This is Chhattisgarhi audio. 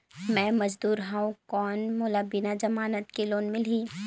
मे मजदूर हवं कौन मोला बिना जमानत के लोन मिलही?